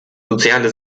soziale